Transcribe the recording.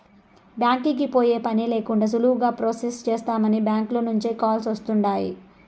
బ్యాంకీకి పోయే పనే లేకండా సులువుగా ప్రొసెస్ చేస్తామని బ్యాంకీల నుంచే కాల్స్ వస్తుండాయ్